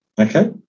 okay